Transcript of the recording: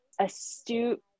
astute